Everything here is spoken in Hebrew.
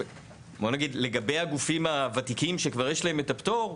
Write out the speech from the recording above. בוא נגיד לגבי הגופים הוותיקים שכבר יש להם את הפטור,